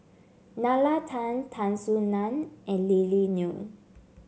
Nalla Tan Tan Soo Nan and Lily Neo